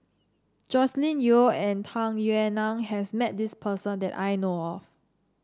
Joscelin Yeo and Tung Yue Nang has met this person that I know of